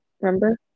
Remember